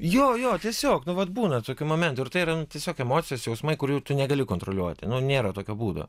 jo jo tiesiog nu vat būna tokių momentų ir tai yra nu tiesiog emocijos jausmai kurių tu negali kontroliuoti nu nėra tokio būdo